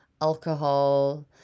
alcohol